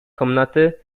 komnaty